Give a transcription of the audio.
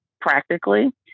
Practically